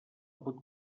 pot